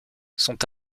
sont